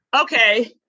Okay